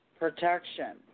protection